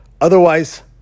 Otherwise